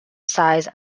size